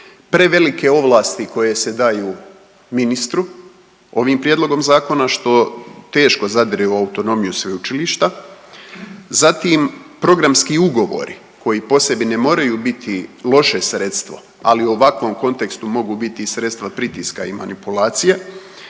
prevelike ovlasti koje se daju ministru ovim prijedlogom zakona što teško zadire u autonomiju sveučilišta. Zatim programski ugovori koji po sebi ne moraju biti loše sredstvo, ali u ovakvom kontekstu mogu biti i sredstva pritiska i manipulacija,